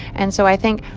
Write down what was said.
and so i think,